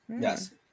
Yes